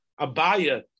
Abaya